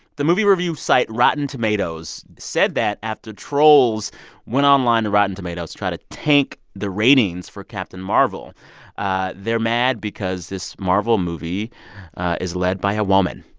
the movie review site rotten tomatoes said that after trolls went online to rotten tomatoes to try to tank the ratings for captain marvel ah they're mad because this marvel movie is led by a woman.